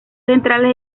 centrales